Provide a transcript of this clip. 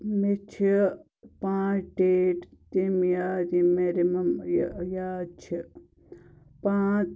مےٚ چھِ پانٛژھ ڈیٹ تِم یاد یم مےٚ رِمیٚم یہِ یاد چھِ پانٛژھ